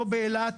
לא באילת,